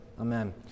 Amen